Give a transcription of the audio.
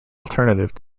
alternative